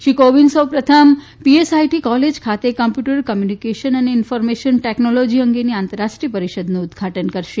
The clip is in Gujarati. શ્રી કોવિંદ સૌ પ્રથમ પીએસઆઇટી કોલેજ ખાતે કોમ્પ્યુટર કોમ્યુનિકેશન અને ઇન્ફોર્મેશન ટેકનોલોજી અંગેની આંતરરાષ્ટ્રીય પરીષદનું ઉદઘાટન કરશે